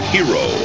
Hero